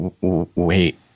wait